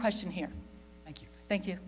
question here thank you